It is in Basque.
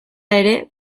ere